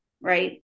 right